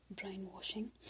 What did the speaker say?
brainwashing